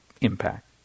impact